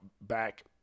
back